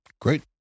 Great